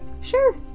Sure